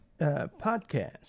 podcast